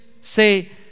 say